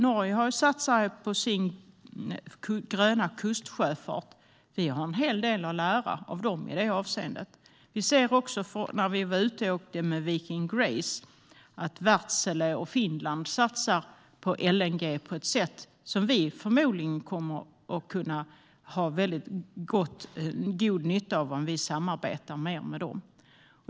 Norge har satsat på sin gröna kustsjöfart. Vi har en hel del att lära av dem i det avseendet. När vi var ute och åkte med Viking Grace såg vi att Wärtsilä och Finland satsar på LNG på ett sätt som vi förmodligen kommer att kunna ha väldigt god nytta av om vi samarbetar mer med dem.